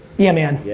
yeah man,